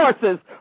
forces